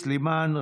סלימאן,